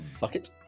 bucket